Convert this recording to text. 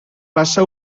passa